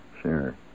Sure